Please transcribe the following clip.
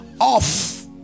off